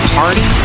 party